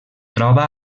troba